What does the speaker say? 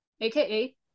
aka